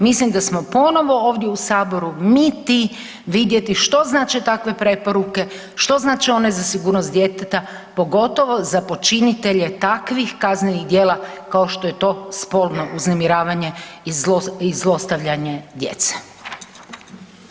Mislim da smo ponovno ovdje u Saboru mi ti vidjeti što znače takve preporuke, što znače one za sigurnost djeteta, pogotovo za počinitelje takvih kaznenih djela kao što je to spolno uznemiravanje i zlostavljanje djece.